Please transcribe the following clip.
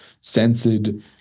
Censored